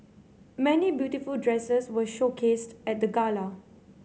many beautiful dresses were showcased at the gala